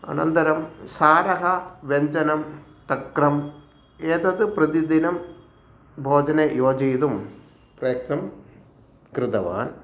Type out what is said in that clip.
अनन्तरं सारः व्यञ्जनं तक्रं एतद् प्रतिदिनं भोजने योजयितुं प्रयत्नं कृतवान्